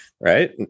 right